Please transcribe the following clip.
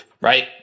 right